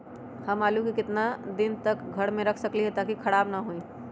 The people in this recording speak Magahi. हम आलु को कितना दिन तक घर मे रख सकली ह ताकि खराब न होई?